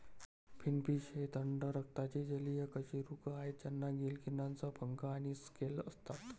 finfish हे थंड रक्ताचे जलीय कशेरुक आहेत ज्यांना गिल किरणांसह पंख आणि स्केल असतात